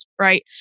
right